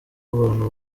abantu